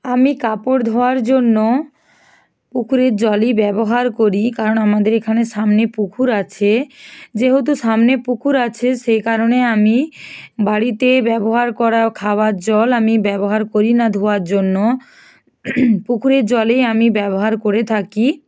আমি কাপড় ধোওয়ার জন্য পুকুরের জলই ব্যবহার করি কারণ আমাদের এখানে সামনে পুকুর আছে যেহেতু সামনে পুকুর আছে সেই কারণে আমি বাড়িতেই ব্যবহার করা খাবার জল আমি ব্যবহার করি না ধোওয়ার জন্য পুকুরের জলই আমি ব্যবহার করে থাকি